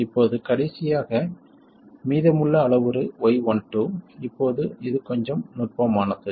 இப்போது கடைசியாக மீதமுள்ள அளவுரு y12 இப்போது இது கொஞ்சம் நுட்பமானது